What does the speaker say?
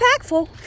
impactful